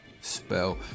spell